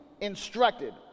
instructed